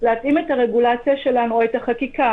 להתאים את הרגולציה שלנו או את החקיקה.